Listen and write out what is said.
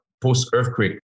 post-earthquake